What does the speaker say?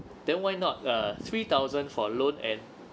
then why not err three thousand for loan and